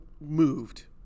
moved